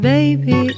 Baby